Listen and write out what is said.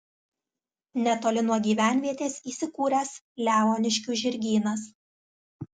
netoli nuo gyvenvietės įsikūręs leoniškių žirgynas